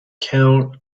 count